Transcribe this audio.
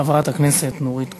חברת הכנסת נורית קורן,